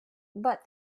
but